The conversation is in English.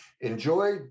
enjoy